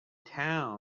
town